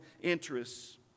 interests